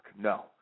No